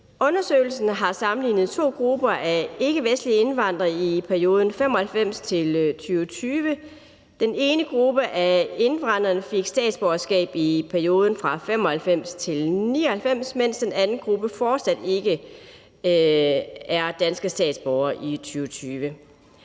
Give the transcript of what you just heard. Undersøgelsen har sammenlignet to grupper af ikkevestlige indvandrere i perioden 1995-2020. Den ene gruppe af indvandrere fik statsborgerskab i perioden 1995-1999, mens den anden gruppe fortsat ikke var danske statsborgere i 2020.